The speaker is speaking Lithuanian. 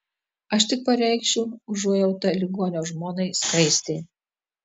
aš tik pareikšiu užuojautą ligonio žmonai skaistei